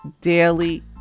daily